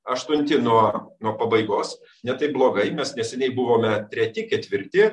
aštunti nuo nuo pabaigos ne taip blogai mes neseniai buvome treti ketvirti